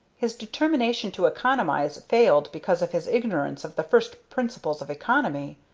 his determination to economize failed because of his ignorance of the first principles of economy.